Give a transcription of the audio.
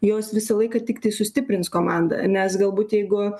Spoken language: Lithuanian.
jos visą laiką tiktai sustiprins komandą nes galbūt jeigu